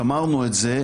שמרנו את זה,